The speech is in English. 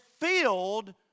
filled